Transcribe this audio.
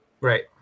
Right